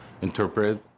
interpret